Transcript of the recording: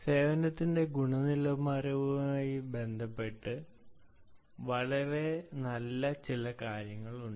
സേവനത്തിന്റെ ഗുണനിലവാരവുമായി ബന്ധപ്പെട്ട് വളരെ നല്ല ചില കാര്യങ്ങളുണ്ട്